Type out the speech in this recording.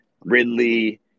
Ridley